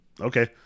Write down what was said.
Okay